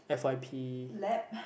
F Y P